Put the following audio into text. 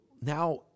now